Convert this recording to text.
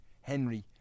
Henry